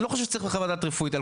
אני לא חושב שצריך חוות דעת רפואית על